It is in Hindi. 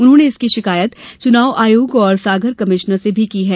उन्होंने इसकी शिकायत चुनाव आयोग और सागर कमिश्नर से भी की है